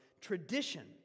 tradition